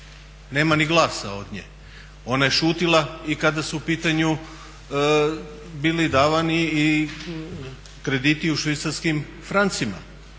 nema ni glasa od nje. Ona je šutjela i kada su u pitanju bili davani i krediti u švicarskim francima,